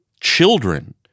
children